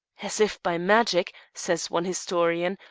as if by magic, says one historian,